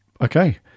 okay